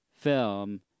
film